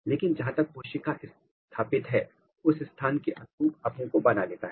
लेकिन जहां यह कोशिका स्थापित है उस स्थान के अनुरूप अपने को बना लेता है